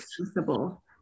accessible